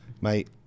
Mate